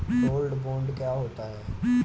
Gold bond क्या होता है?